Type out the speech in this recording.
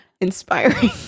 inspiring